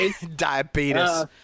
Diabetes